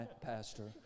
pastor